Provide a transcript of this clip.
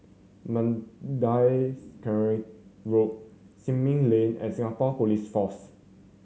Mandai Quarry Road Simei Lane and Singapore Police Force